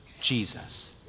Jesus